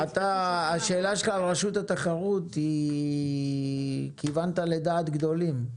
בשאלה שלך על רשות התחרות כיוונת לדעת גדולים.